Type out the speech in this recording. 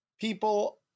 people